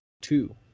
Two